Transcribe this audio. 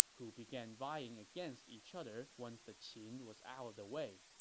who began vying against each other once the qin was out of the way.